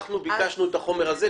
אנחנו ביקשנו את החומר הזה,